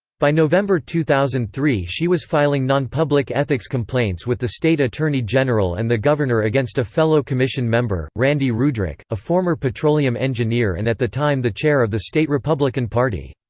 by november two thousand and three she was filing nonpublic ethics complaints with the state attorney general and the governor against a fellow commission member, randy ruedrich, a former petroleum engineer and at the time the chair of the state republican party.